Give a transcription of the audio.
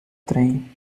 trem